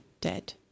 dead